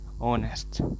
honest